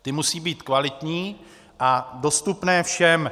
Ty musí být kvalitní a dostupné všem.